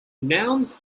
nouns